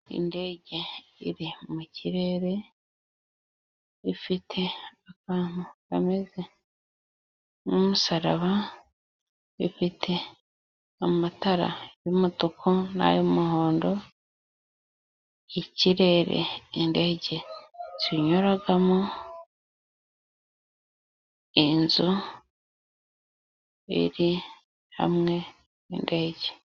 Indege iri mu kirere ifite akantu kameze nk'umusaraba . Ifite amatara y'umutuku n'ay'umuhondo. Ikirere indege zinyuragamo. Inzu iri hamwe n'indege.